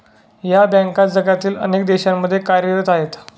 या बँका जगातील अनेक देशांमध्ये कार्यरत आहेत